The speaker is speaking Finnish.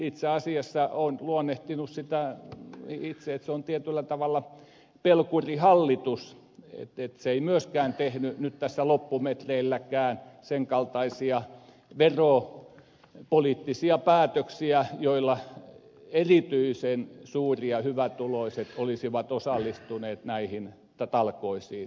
itse asiassa olen luonnehtinut sitä itse että se on tietyllä tavalla pelkurihallitus että se ei myöskään tehnyt nyt tässä loppumetreilläkään sen kaltaisia veropoliittisia päätöksiä joilla erityisen suuri ja hyvätuloiset olisivat osallistuneet näihin talkoisiin